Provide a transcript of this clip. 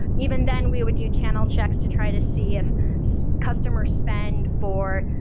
even then, we would you channel checks to try to see if so customer spend for,